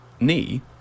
knee